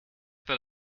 that